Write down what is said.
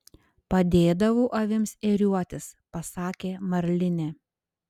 padėdavau avims ėriuotis pasakė marlinė